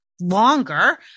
longer